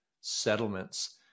settlements